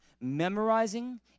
memorizing